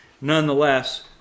nonetheless